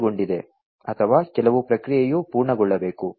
ಪೂರ್ಣಗೊಂಡಿದೆ ಅಥವಾ ಕೆಲವು ಪ್ರಕ್ರಿಯೆಯು ಪೂರ್ಣಗೊಳ್ಳಬೇಕು